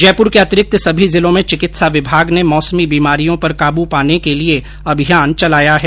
जयपुर के अतिरिक्त सभी जिलों में चिकित्सा विभाग ने मौसमी बीमारियों पर काबू पाने के लिए अभियान चलाया है